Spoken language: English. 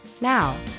Now